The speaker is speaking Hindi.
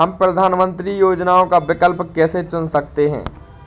हम प्रधानमंत्री योजनाओं का विकल्प कैसे चुन सकते हैं?